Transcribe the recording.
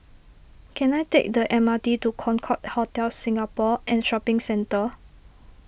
can I take the M R T to Concorde Hotel Singapore and Shopping Centre